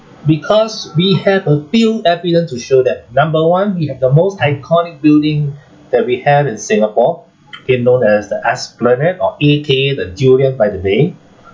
because we have a few evidence to show that number one we have the most iconic building that we have in singapore okay known as the esplanade or A_K_A the durian by the bay